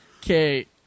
Kate